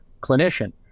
clinician